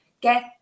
get